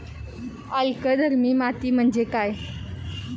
अल्कधर्मी माती म्हणजे काय?